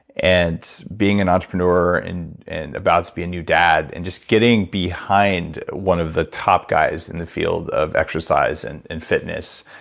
and being an entrepreneur and about to be a new dad, and just getting behind one of the top guys in the field of exercise and and fitness,